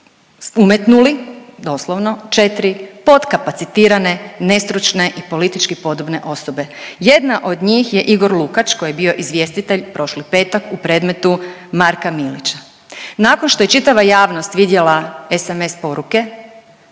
umetnuli doslovno 4 potkapacitirane, nestručne i politički podobne osobe. Jedna od njih je Igor Lukač koji je bio izvjestitelj prošli petak u predmetu Marka Milića. Nakon što je čitava javnost vidjela SMS poruke